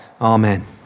Amen